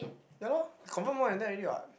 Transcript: ya lor confirm more than that already what